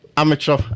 amateur